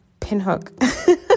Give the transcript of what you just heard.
Pinhook